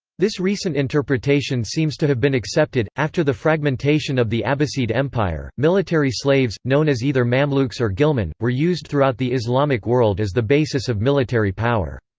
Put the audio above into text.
this recent interpretation seems to have been accepted after the fragmentation of the abbasid empire, military slaves, known as either mamluks or ghilman, were used throughout the islamic world as the basis of military power.